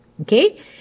Okay